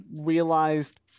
realized